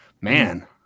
Man